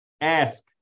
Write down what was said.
ask